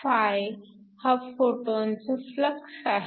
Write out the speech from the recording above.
φ हा फोटॉनचा फ्लक्स आहे